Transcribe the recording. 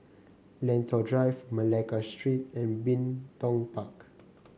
Lentor Drive Malacca Street and Bin Tong Park